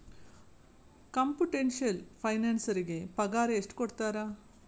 Computational ಫೈನಾನ್ಸರಿಗೆ ಪಗಾರ ಎಷ್ಟ್ ಕೊಡ್ತಾರ?